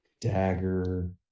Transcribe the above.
Dagger